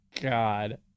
god